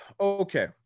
okay